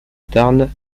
tarn